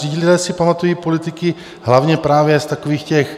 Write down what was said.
Lidé si pamatují politiky hlavně právě z takových těch...